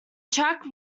track